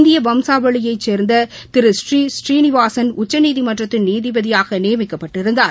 இந்திய வம்சாவளியைச் சேர்ந்த திரு ஸ்ரீ ஸ்ரீநிவாஸன் உச்சநீதிமன்றத்தின் நீதிபதியாக நியமிக்கப்பட்டிருந்தார்